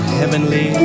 heavenly